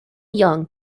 young